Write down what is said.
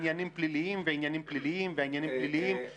עניינים פליליים ועניינים פליליים ועניינים פליליים,